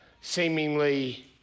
seemingly